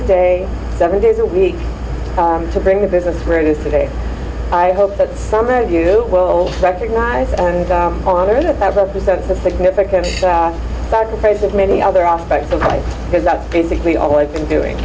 a day seven days a week to bring the business where it is today i hope that somehow you will recognize and honor that that represents a significant sacrifice of many other aspects of life because that's basically all i've been doing